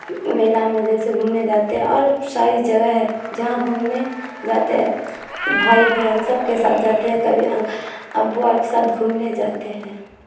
میلہ میں جیسے گھومنے جاتے ہیں اور ساری جگہ ہے جہاں گھومنے جاتے ہیں بھائی بہن سب کے ساتھ جاتے ہیں کبھی آں ابو اور کے ساتھ گھومنے جاتے ہیں